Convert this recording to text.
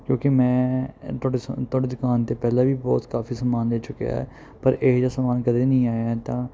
ਕਿਉਂਕਿ ਮੈਂ ਤੁਹਾਡੇ ਸਾ ਤੁਹਾਡੇ ਦੁਕਾਨ ਤੋਂ ਪਹਿਲਾਂ ਵੀ ਬਹੁਤ ਕਾਫ਼ੀ ਸਮਾਨ ਲੈ ਚੁੱਕਿਆ ਹੈ ਪਰ ਇਹ ਜਿਹਾ ਸਮਾਨ ਕਦੇ ਨਹੀਂ ਆਇਆ ਇੱਦਾਂ